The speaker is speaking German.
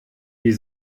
wie